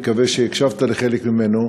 אני מקווה שהקשבת לחלק ממנו,